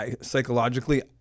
psychologically